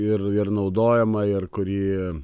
ir ir naudojama ir kuri